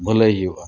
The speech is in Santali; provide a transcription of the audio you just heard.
ᱵᱷᱟᱹᱞᱟᱹᱭ ᱦᱩᱭᱩᱜᱼᱟ